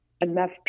enough